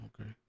Okay